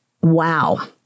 wow